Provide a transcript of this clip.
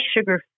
sugar